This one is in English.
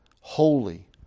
holy